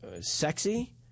Sexy